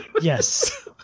Yes